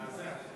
מזעזע.